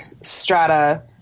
strata